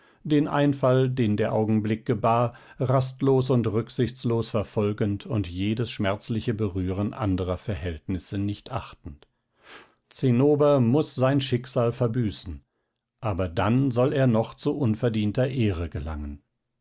den einfall den der augenblick gebar rastlos und rücksichtslos verfolgend und jedes schmerzliche berühren anderer verhältnisse nicht achtend zinnober muß sein schicksal verbüßen aber dann soll er noch zu unverdienter ehre gelangen